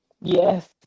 Yes